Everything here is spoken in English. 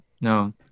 No